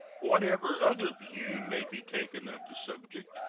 whatever other view may be taken of the subject,